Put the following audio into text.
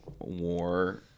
war